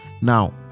now